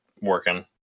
working